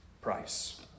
price